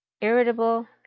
irritable